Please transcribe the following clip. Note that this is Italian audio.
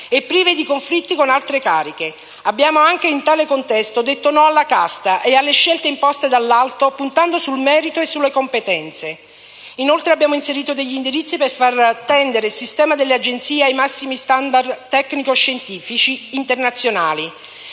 e prive di conflitti con altre cariche. Abbiamo, anche in tale contesto, detto no alla casta e alle scelte imposte dall'alto, puntando sul merito e sulle competenze. Inoltre, abbiamo inserito degli indirizzi per far tendere il sistema delle Agenzie ai massimi *standard* tecnico-scientifici internazionali.